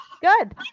Good